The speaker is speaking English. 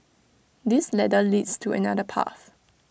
this ladder leads to another path